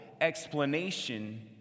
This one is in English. explanation